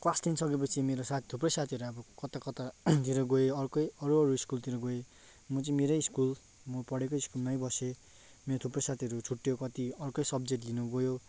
class ten सकेपछि मेरो साथी थुप्रै साथीहरू अब कता कता तिर गए अर्कै अरू अरू स्कुलतिर गए म चाहिँ मेरै स्कुल म पढेको स्कुलमै बसेँ मेरो थुप्रै साथीहरू छुट्टियो कति अर्कै सब्जेक्ट लिनु गयो